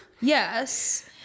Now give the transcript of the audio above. Yes